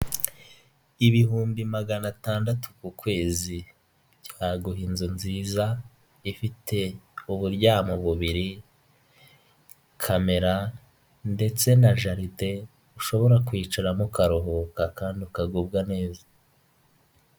Ibihumbi magana atandatu ku kwezi, byaguha inzu nziza, ifite uburyamo bubiri, kamera, ndetse na jaride ushobora kwicaramo ukaruhuka kandi ukagubwa neza.